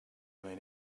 main